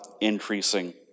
increasing